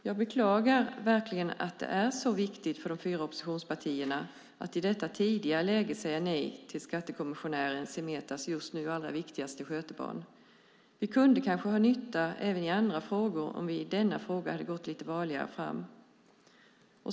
Jag beklagar att det är så viktigt för de fyra oppositionspartierna att i detta tidiga läge säga nej till skattekommissionären Semetas nu allra viktigaste skötebarn. Vi kunde kanske ha nytta även i andra frågor om vi i denna fråga gått lite varligare fram.